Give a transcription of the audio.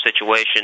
situation